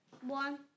One